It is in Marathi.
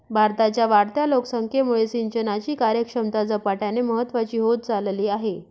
भारताच्या वाढत्या लोकसंख्येमुळे सिंचनाची कार्यक्षमता झपाट्याने महत्वाची होत चालली आहे